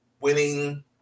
winning